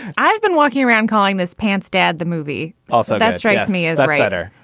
i've been walking around calling this pants dad. the movie also that strikes me as a writer,